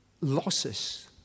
losses